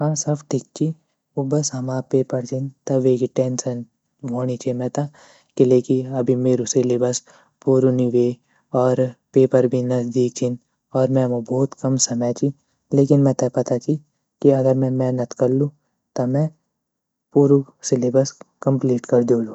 हाँ सब ठीक ची उ बस हमा पेपर छीन त वेगी टेंशन वोणि छे मेता क़िले की अभी मेरु सिलेबस पूरू नी वे और पेपर भी नज़दीक छीन और मेमू भोत कम समय ची लेकिन मेता पता ची की अगर में मेहनत कलू त में पूरू सिलेबस कम्पलीट कर दयोलू।